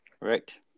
Right